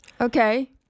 Okay